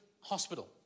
hospital